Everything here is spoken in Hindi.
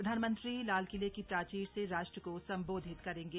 प्रधानमंत्री लाल किले की प्राचीर से राष्ट् को संबोधित करेंगे